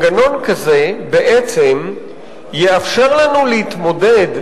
56 בעד, אין מתנגדים,